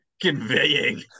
conveying